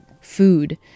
Food